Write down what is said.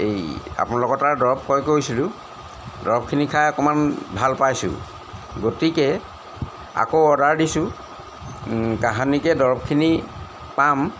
এই আপোনালোকৰ তাৰ দৰৱ ক্ৰয় কৰিছিলোঁ দৰৱখিনি খাই অকণমান ভাল পাইছোঁ গতিকে আকৌ অৰ্ডাৰ দিছোঁ কাহানিকৈ দৰৱখিনি পাম